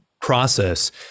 Process